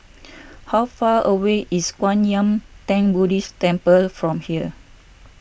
how far away is Kwan Yam theng Buddhist Temple from here